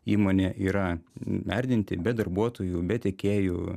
įmonė yra merdinti bet darbuotojų be tiekėjų